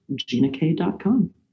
GinaK.com